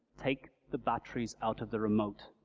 take the batteries out of the remote.